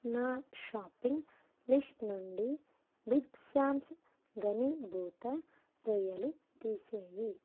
నా shopping list నుండి big Sam's ఘనీభూత రొయ్యలు తీసేయి